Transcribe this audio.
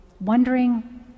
wondering